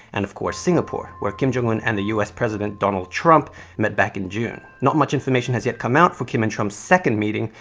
and of course singapore, where kim jong-un and the us president donald trump met back in june. not much information has yet come out for kim and trump's second meeting,